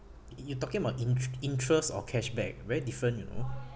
you talking about int~ interest or cashback very different you know